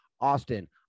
Austin